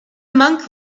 monk